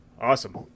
Awesome